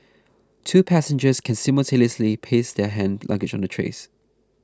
two passengers can simultaneously place their hand luggage on the trays